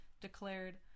declared